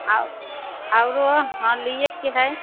आओर आओरो हँ लियैके हइ